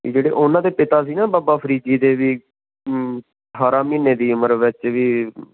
ਕਿ ਜਿਹੜੇ ਉਨ੍ਹਾਂ ਦੇ ਪਿਤਾ ਸੀ ਨਾ ਬਾਬਾ ਫ਼ਰੀਦ ਜੀ ਦੇ ਵੀ ਅਠਾਰ੍ਹਾਂ ਮਹੀਨੇ ਦੀ ਉਮਰ ਵਿੱਚ ਵੀ